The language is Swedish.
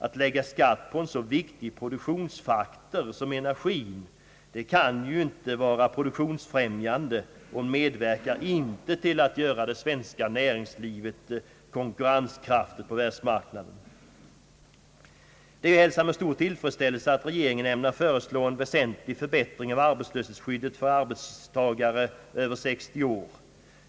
Att lägga skatt på en så viktig produktionsfaktor som energi kan inte vara produktionsfrämjande och medverkar inte till att göra det svenska näringslivet mera konkurrenskraftigt på världsmarknaden. Det är att hälsa med stor tillfredsställelse att regeringen ämnar föreslå en väsentlig förbättring av arbetslöshetsskyddet för arbetstagare över 60 år.